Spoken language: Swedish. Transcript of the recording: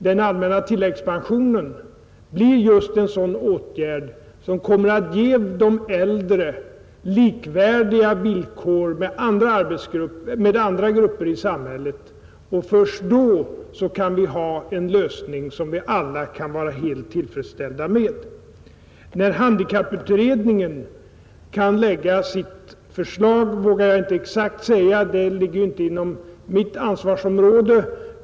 Den allmänna tilläggspensionen blir just en sådan åtgärd som kommer att ge de äldre villkor som är likvärdiga med andra gruppers. Först då har vi en lösning som vi alla kan vara helt till freds med. När handikapputredningen kan framlägga sitt förslag vågar jag inte säga exakt. Det ligger inte inom mitt ansvarsområde.